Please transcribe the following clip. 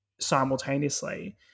simultaneously